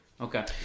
Okay